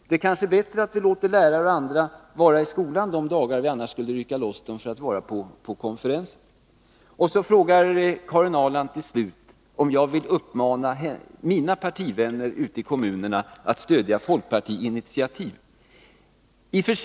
Det är kanske bättre att vi låter lärare och andra vara i skolan de dagar de annars skulle vara på konferenser. Slutligen frågar Karin Ahrland om jag vill uppmana mina partivänner i kommunerna att stödja folkpartiinitiativ i dessa frågor.